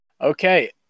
okay